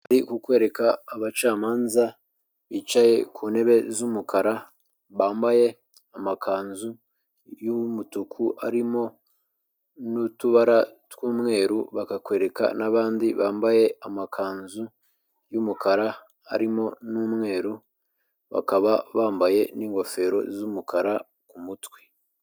Bari kukwereka abacamanza bicaye ku ntebe z'umukara bambaye amakanzu y'umutuku arimo n'utubara tw'umweru, bakakwereka n'abandi bambaye amakanzu y'umukara arimo n'umweru bakaba bambaye n'ingofero z'umukara ku mutwe.